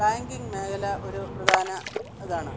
banking മേഖല ഒരു പ്രധാന ഇതാണ്